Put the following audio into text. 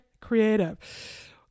creative